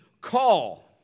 call